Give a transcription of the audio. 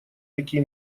такие